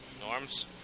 Norm's